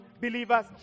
believers